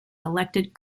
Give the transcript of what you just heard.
elected